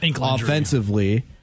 Offensively